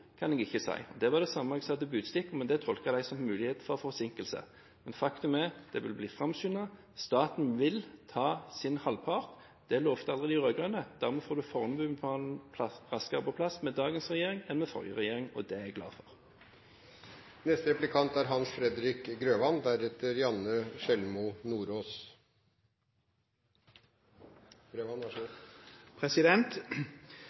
kan jeg ikke si. Det var det samme jeg sa til Budstikka, men det tolket de som mulighet for forsinkelse. Faktum er at det vil bli framskyndet. Staten vil ta sin halvpart. Det lovte aldri de rød-grønne. Dermed får du Fornebubanen raskere på plass med dagens regjering enn med forrige regjering, og det er jeg glad for.